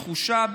תחושה,